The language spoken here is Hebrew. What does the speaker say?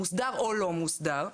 מוסדר או לא מוסדר,